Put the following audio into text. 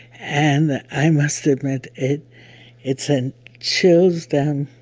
and i must admit it it sent chills down